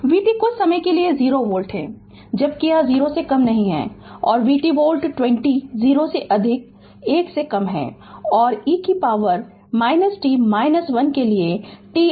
Refer Slide Time 0109 vt कुछ समय के लिए 0 वोल्ट है जब कि यह 0 से कम नहीं है और 4 t वोल्ट 20 0 से अधिक 1 से कम है और 4 e t 1 के लिए t अनंत से 1 कम है